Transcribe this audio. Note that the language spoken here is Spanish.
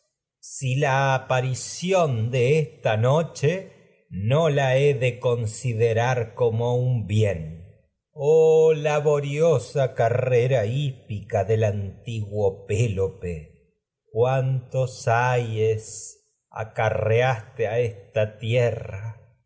los oráculos ción de esta noche no la be de considerar como un bien oh laboriosa carrera hípica del antiguo ayes en pélope cuántos acarreaste a esta tierra